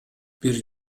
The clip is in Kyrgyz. бир